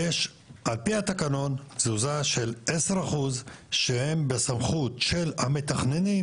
על פי התקנון תזוזה של 10% הם בסמכות של המתכננים